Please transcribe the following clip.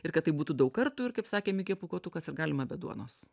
ir kad tai būtų daug kartų ir kaip sakė mikė pūkuotukas ir galima be duonos